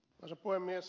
arvoisa puhemies